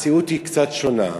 המציאות היא קצת שונה.